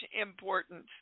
important